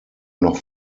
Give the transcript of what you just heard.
noch